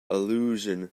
allusion